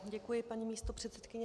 Děkuji, paní místopředsedkyně.